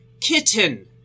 kitten